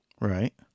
right